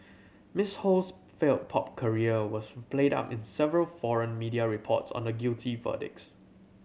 Miss Ho's failed pop career was played up in several foreign media reports on the guilty verdicts